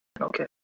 Okay